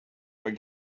but